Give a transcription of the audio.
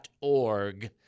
org